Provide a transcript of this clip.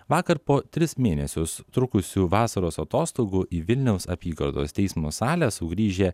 vakar po tris mėnesius trukusių vasaros atostogų į vilniaus apygardos teismo salę sugrįžę